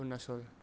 उरनाचल